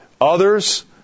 others